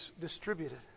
distributed